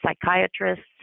psychiatrists